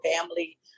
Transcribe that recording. family